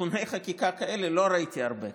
תיקוני חקיקה כאלה לא ראיתי הרבה.